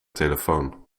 telefoon